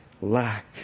lack